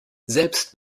selbst